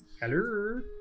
Hello